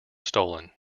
stolen